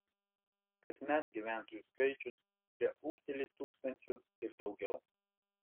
kasmet gyventojų skaičius čia ūgteli tūkstančiu ir daugiau